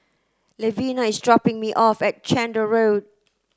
Levina is dropping me off at Chander Road